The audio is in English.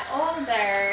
older